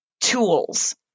tools